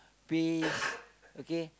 peace okay